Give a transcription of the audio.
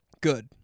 good